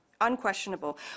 unquestionable